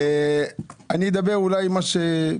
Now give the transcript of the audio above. בבקשה.